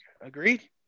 Agreed